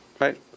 Right